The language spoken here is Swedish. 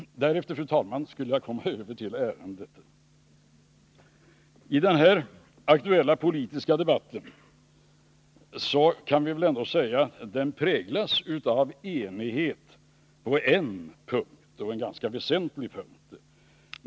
Därefter, fru talman, skall jag komma över till själva ärendet. Vi kan väl ändå säga att den aktuella politiska debatten präglas av enighet på en punkt — en ganska väsentlig punkt.